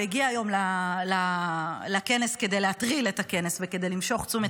שהגיע היום לכנס כדי להטריל את הכנס וכדי למשוך תשומת